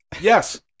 Yes